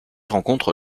rencontre